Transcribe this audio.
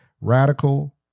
radical